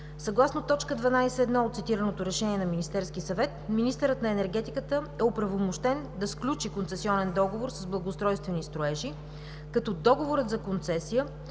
Съгласно т. 12.1. от цитираното Решение на Министерския съвет министърът на енергетиката е оправомощен да сключи концесионен договор с „Благоустройствени строежи“, като договорът за концесия